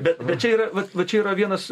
bet bet čia yra va čia yra vienas